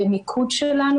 במיקוד שלנו,